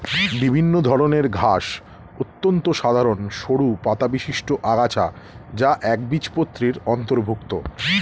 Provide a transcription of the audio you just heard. বিভিন্ন ধরনের ঘাস অত্যন্ত সাধারণ সরু পাতাবিশিষ্ট আগাছা যা একবীজপত্রীর অন্তর্ভুক্ত